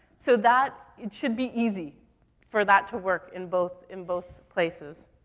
so that, it should be easy for that to work in both, in both places.